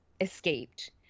escaped